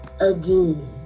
again